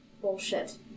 bullshit